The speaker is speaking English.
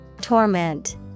Torment